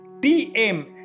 Tm